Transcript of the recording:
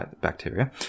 bacteria